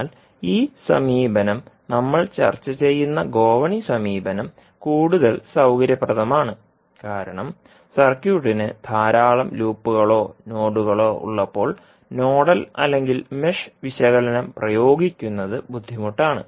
എന്നാൽ ഈ സമീപനം നമ്മൾ ചർച്ച ചെയ്യുന്ന ഗോവണി സമീപനം കൂടുതൽ സൌകര്യപ്രദമാണ് കാരണം സർക്യൂട്ടിന് ധാരാളം ലൂപ്പുകളോ നോഡുകളോ ഉള്ളപ്പോൾ നോഡൽ അല്ലെങ്കിൽ മെഷ് വിശകലനം പ്രയോഗിക്കുന്നത് ബുദ്ധിമുട്ടാണ്